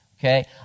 okay